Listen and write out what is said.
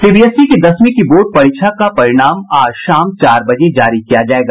CBSE की दसवीं की बोर्ड परीक्षा का परिणाम आज शाम चार बजे जारी किया जायेगा